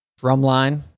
Drumline